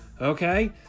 okay